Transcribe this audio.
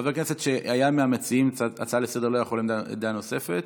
חבר כנסת שהיה מהמציעים של ההצעה לסדר-היום לא יכול להציג עמדה נוספת.